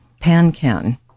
PANCAN